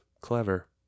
clever